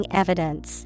evidence